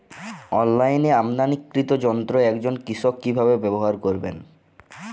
অনলাইনে আমদানীকৃত যন্ত্র একজন কৃষক কিভাবে ব্যবহার করবেন?